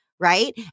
right